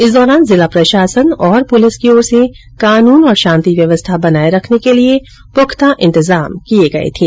इस दौरान जिला प्रशासन और पुलिस की ओर से कानून और शांति व्यवस्था बनाए रखने के लिए पुख्ता इन्तजाम किए गए थे